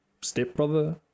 stepbrother